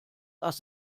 ass